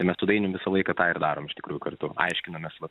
įmetu dainiumi visą laiką tą ir darome iš tikrųjų kartu aiškinamės va